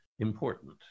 Important